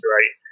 Right